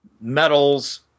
metals